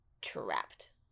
trapped